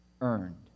earned